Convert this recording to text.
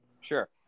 sure